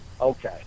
okay